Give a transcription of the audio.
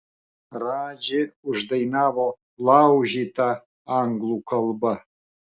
radži uždainavo laužyta anglų kalba